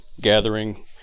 gathering